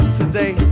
today